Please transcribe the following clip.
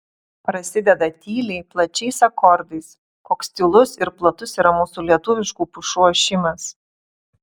prasideda tyliai plačiais akordais koks tylus ir platus yra mūsų lietuviškų pušų ošimas